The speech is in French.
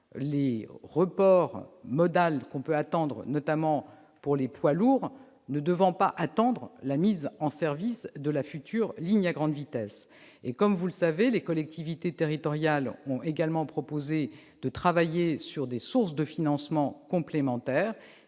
les reports modaux, notamment pour les poids lourds, ne devant pas attendre la mise en service de la future ligne à grande vitesse. Comme vous le savez, les collectivités territoriales ont également proposé de travailler sur des sources de financement complémentaires.